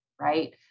right